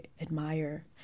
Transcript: admire